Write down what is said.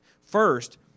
First